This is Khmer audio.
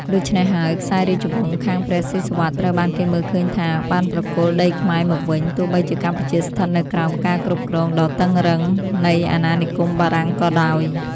ដូច្នេះហើយ ខ្សែរាជវង្សខាងព្រះស៊ីសុវត្ថិត្រូវបានគេមើលឃើញថា បានប្រគល់ដីខ្មែរមកវិញ ទោះបីជាកម្ពុជាស្ថិតនៅក្រោមការគ្រប់គ្រងដ៏តឹងរ៉ឹងនៃអាណានិគមបារាំងក៏ដោយ។